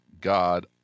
God